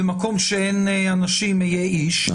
במקום שאין אנשים היה איש,